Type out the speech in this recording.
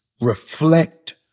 reflect